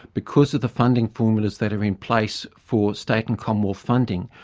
because of the funding formulas that are in place for state and commonwealth funding,